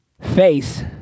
face